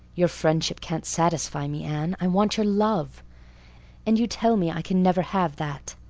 your friendship can't satisfy me, anne. i want your love and you tell me i can never have that.